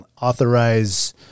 authorize